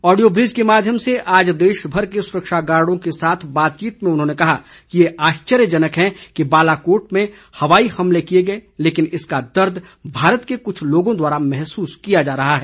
audio bridge के माध्यम से आज देश भर के सुरक्षा गार्डो के साथ बातचीत में उन्होंने कहा कि यह आश्चर्यजनक है कि बालाकोट में हवाई हमले किए गए लेकिन इसका दर्द भारत के कुछ लोगों द्वारा महसूस किया जा रहा है